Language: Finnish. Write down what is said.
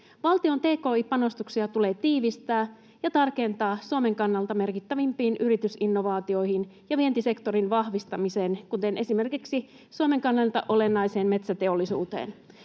Valtion tki-panostuksia tulee tiivistää ja tarkentaa Suomen kannalta merkittävimpiin yritysinnovaatioihin ja vientisektorin vahvistamiseen, kuten esimerkiksi Suomen kannalta olennaiseen metsäteollisuuteen.